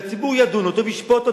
והציבור ידון אותו וישפוט אותו,